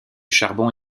charbon